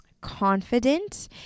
confident